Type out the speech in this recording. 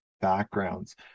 backgrounds